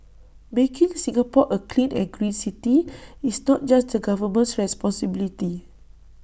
making Singapore A clean and green city is not just the government's responsibility